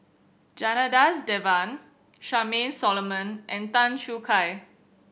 Janadas Devan Charmaine Solomon and Tan Choo Kai